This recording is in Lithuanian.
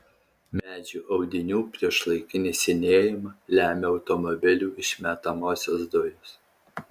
medžių audinių priešlaikinį senėjimą lemia automobilių išmetamosios dujos